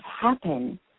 happen